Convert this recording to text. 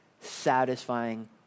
satisfying